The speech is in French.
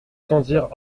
tendirent